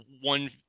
one